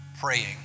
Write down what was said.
praying